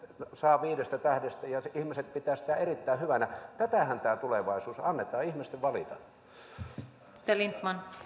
saa viidestä tähdestä neljä pilkku yhdeksän ihmiset pitävät sitä erittäin hyvänä tätähän tämä tulevaisuus on annetaan ihmisten valita